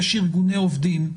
יש ארגוני עובדים,